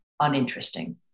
uninteresting